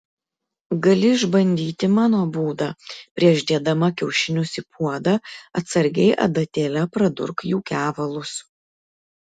gali išbandyti mano būdą prieš dėdama kiaušinius į puodą atsargiai adatėle pradurk jų kevalus